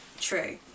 True